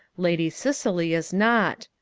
lady cicely is not.